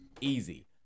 easy